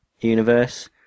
universe